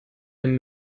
dem